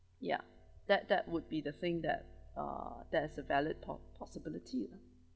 ya that that would be the thing that uh that is a valid po~ possibility ya